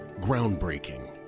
Groundbreaking